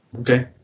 Okay